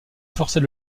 forcer